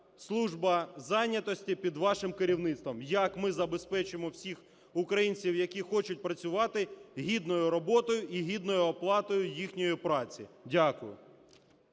служба зайнятості під вашим керівництвом як ми забезпечимо всіх українців, які хочуть працювати, гідною роботою і гідною оплатою їхньої праці. Дякую.